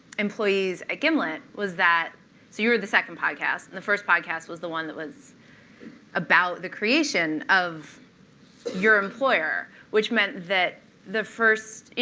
employees at gimlet was that so you were the second podcast, and the first podcast was the one that was about the creation of your employer, which meant that the first you